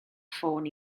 ffôn